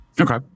okay